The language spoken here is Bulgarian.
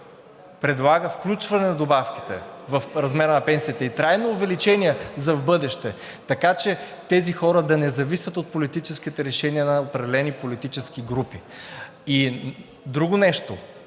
предлага включване на добавките в размера на пенсиите и трайно увеличение за в бъдеще, така че тези хора да не зависят от политическите решения на определени политически групи. И друго нещо,